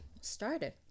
started